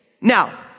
Now